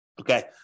Okay